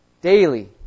Daily